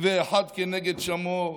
ואחד כנגד שמור.